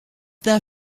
their